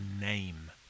name